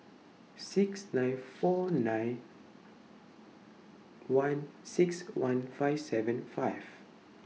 six nine four nine one six one five seven five